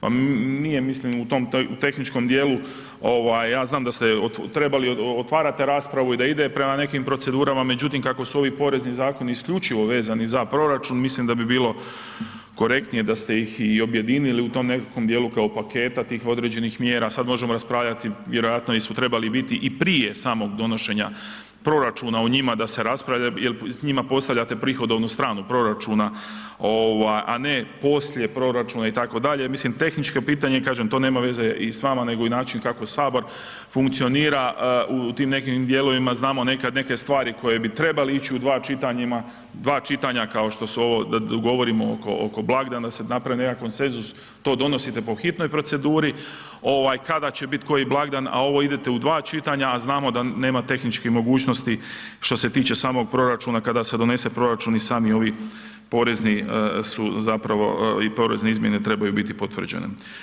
Pa nije mislim u tom tehničkom dijelu, ja znam da ste trebali, otvarate raspravu i da ide prema nekim procedurama, međutim, kako su ovi porezni zakoni isključivo vezani za proračun, mislim da bi bilo korektnije da ste ih i objedinili u tom nekakvom dijelu kao paketa tih određenih mjera, sad možemo raspravljati vjerojatno, su trebali biti i prije samog donošenja proračuna o njima da se raspravlja jer s njima postavljate prihodovnu stranu proračuna, a ne poslije proračuna itd., mislim tehničko pitanje, kažem to nema veze s vama nego i način kako Sabor funkcionira u tim nekim dijelovima, znamo nekad neke stvari koje bi trebali ići u dva čitanjima, dva čitanja kao što su ovo, govorimo oko blagdana se napravi nekakav konsenzus, to donosite po hitnoj proceduri kada će bit koji blagdan, a ovo idete u dva čitanja, a znamo da nema tehničkih mogućnosti što se tiče samog proračuna kada se donese proračun i sami ovi porezni su zapravo i porezne izmjene trebaju biti potvrđene.